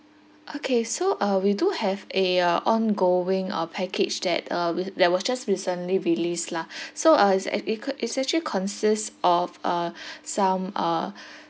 okay so uh we do have a uh ongoing uh package that uh with that was just recently released lah so uh it's ac~ it could it's actually consist of uh some uh